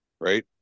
right